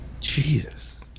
Jesus